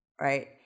right